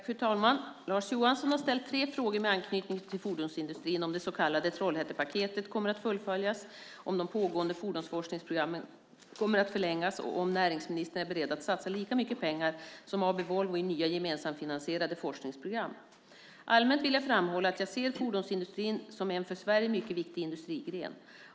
Fru talman! Lars Johansson har ställt tre frågor med anknytning till fordonsindustrin; om det så kallade Trollhättepaketet kommer att fullföljas, om de pågående fordonsforskningsprogrammen kommer att förlängas och om näringsministern är beredd att satsa lika mycket pengar som AB Volvo i nya gemensamfinansierade forskningsprogram. Allmänt vill jag framhålla att jag ser fordonsindustrin som en för Sverige mycket viktig industrigren.